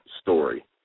story